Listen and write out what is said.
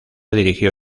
dirigió